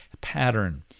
pattern